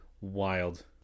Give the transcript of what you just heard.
Wild